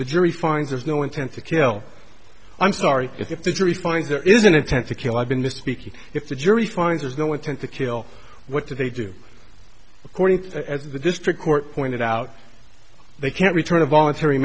the jury finds there's no intent to kill i'm sorry if the jury finds there is an intent to kill i've been misspeaking if the jury finds there's no intent to kill what did they do according as the district court pointed out out they can't return a voluntary